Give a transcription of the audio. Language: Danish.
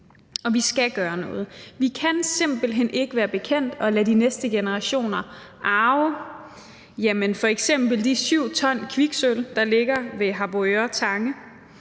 og vi skal gøre noget. Vi kan simpelt hen ikke være bekendt at lade de næste generationer arve f.eks. de 7 t kviksølv, der ligger ved Harboøre Tange